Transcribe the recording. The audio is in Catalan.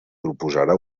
proposarà